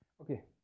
okay